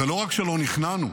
ולא רק שלא נכנענו,